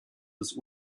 des